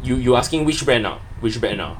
you you asking which brand ah which brand uh